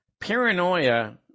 paranoia